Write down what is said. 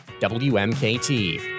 WMKT